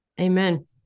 Amen